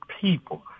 people